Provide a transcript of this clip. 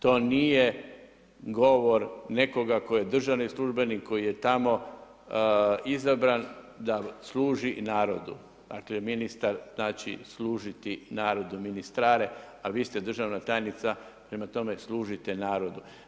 To nije govor nekoga tko je državni službenik koji je tamo izabran da služi narodu dakle ministar znači služiti narodu, ministrare, a vi ste državna tajnica, prema tome služite narodu.